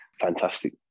fantastic